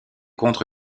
contre